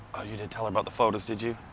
you didn't tell you about the photos did you?